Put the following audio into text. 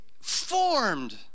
formed